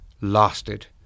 lasted